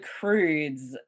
crudes